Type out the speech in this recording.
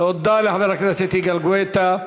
תודה לחבר הכנסת יגאל גואטה.